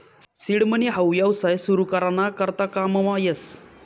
seed money हाऊ येवसाय सुरु करा ना करता काममा येस